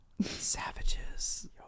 savages